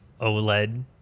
OLED